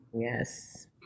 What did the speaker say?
Yes